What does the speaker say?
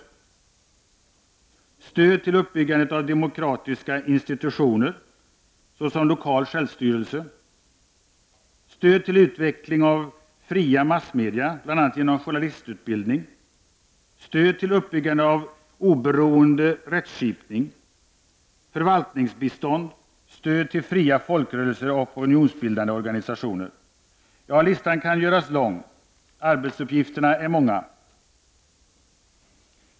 Det kan vara stöd till uppbyggandet av demokratiska institutioner såsom lokal självstyrelse, stöd till utveckling av fria massmedia, bl.a. genom journalistutbildning, och stöd till uppbyggande av oberoende rättskipning. Det kan vidare vara stöd till förvaltningsbistånd, fria folkrörelser och opionionsbildande organisationer. Ja, listan kan göras lång. Arbetsuppgifterna är många.